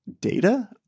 data